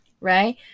right